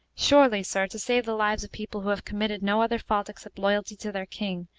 surely, sir, to save the lives of people who have committed no other fault except loyalty to their king,